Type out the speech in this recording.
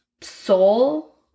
soul